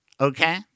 okay